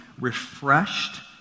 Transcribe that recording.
refreshed